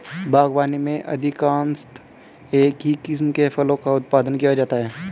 बागवानी में अधिकांशतः एक ही किस्म के फलों का उत्पादन किया जाता है